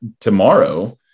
tomorrow